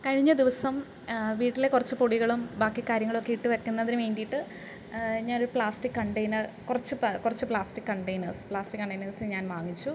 കഴിഞ്ഞ ദിവസം വീട്ടിലെ കുറച്ച് പൊടികളും ബാക്കി കാര്യങ്ങളൊക്കെ ഇട്ടു വെക്കുന്നതിന് വേണ്ടിയിട്ട് ഞാൻ ഒരു പ്ലാസ്റ്റിക്ക് കണ്ടെയ്നർ കുറച്ച് കുറച്ച് പ്ലാസ്റ്റിക്ക് കണ്ടെയ്നേഴ്സ് പ്ലാസ്റ്റിക്ക് കണ്ടെയ്നേഴ്സ് ഞാൻ വാങ്ങിച്ചു